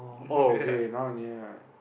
oh okay not near right